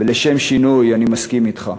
ולשם שינוי אני מסכים אתך.